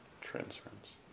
transference